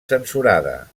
censurada